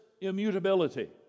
immutability